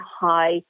high